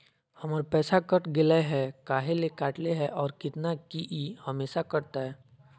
हमर पैसा कट गेलै हैं, काहे ले काटले है और कितना, की ई हमेसा कटतय?